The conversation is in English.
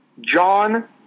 John